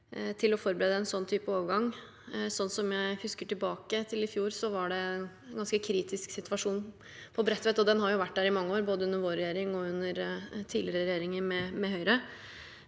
til å forberede en slik type overgang. Slik som jeg husker tilbake til i fjor, var det en ganske kritisk situasjon på Bredtveit, og det har det vært i mange år, både under vår regjering og under tidligere regjeringer med Høyre.